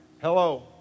Hello